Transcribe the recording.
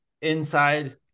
inside